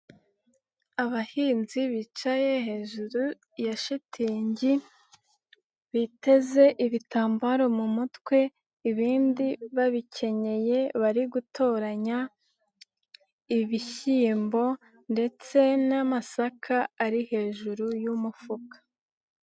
Abahinzi bicaye hejuru ya shitingi, biteze ibitambaro mu mutwe ibindi babikenyeye bari gutoranya ibishyiyimbo ndetse n'amasaka ari hejuru y'umufuka.